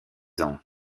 ans